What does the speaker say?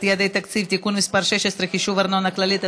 יעדי התקציב) (תיקון מס' 16) (חישוב ארנונה כללית),